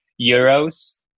euros